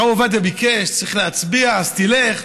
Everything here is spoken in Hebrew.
הרב עובדיה ביקש, צריך להצביע, אז תלך.